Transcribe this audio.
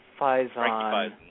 Faison